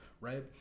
right